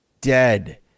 dead